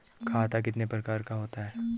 खाता कितने प्रकार का होता है?